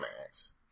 max